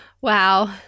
wow